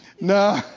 No